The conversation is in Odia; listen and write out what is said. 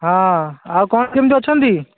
ହଁ ଆଉ କ'ଣ କେମିତି ଅଛନ୍ତି